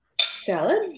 salad